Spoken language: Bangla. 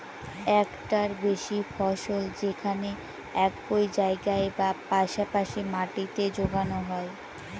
একটার বেশি ফসল যেখানে একই জায়গায় বা পাশা পাশি মাটিতে যোগানো হয়